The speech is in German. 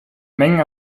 mengen